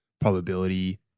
probability